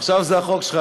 עכשיו זה החוק שלך,